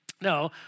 No